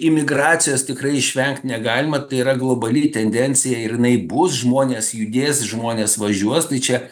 imigracijos tikrai išvengt negalima tai yra globali tendencija ir jinai bus žmonės judės žmonės važiuos tai čia